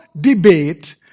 debate